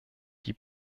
die